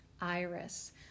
iris